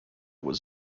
was